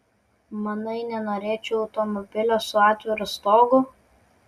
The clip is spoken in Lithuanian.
manai nenorėčiau automobilio su atviru stogu